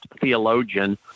theologian